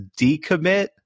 decommit